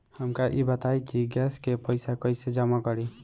हमका ई बताई कि गैस के पइसा कईसे जमा करी?